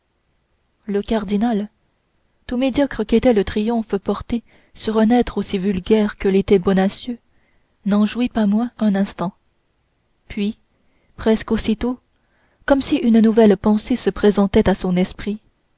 le cardinal tout médiocre qu'était le triomphe remporté sur un être aussi vulgaire que l'était bonacieux n'en jouit pas moins un instant puis presque aussitôt comme si une nouvelle pensée se présentait à son esprit